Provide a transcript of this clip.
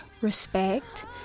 respect